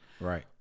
right